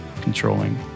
controlling